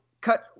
cut